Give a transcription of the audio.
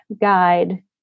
guide